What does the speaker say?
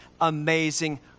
amazing